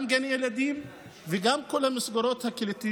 גם גני הילדים, וגם כל המסגרות הקהילתיות,